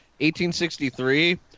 1863